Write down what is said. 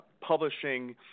publishing